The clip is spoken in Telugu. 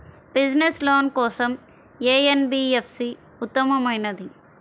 బిజినెస్స్ లోన్ కోసం ఏ ఎన్.బీ.ఎఫ్.సి ఉత్తమమైనది?